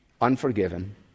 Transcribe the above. unforgiven